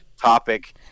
topic